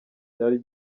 cyari